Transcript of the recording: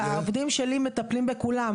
שהעובדים שלי מטפלים בכולם,